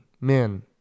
men